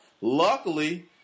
luckily